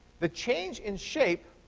the change in shape